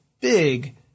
big